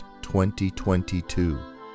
2022